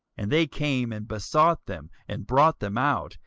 and they came and besought them, and brought them out,